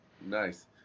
Nice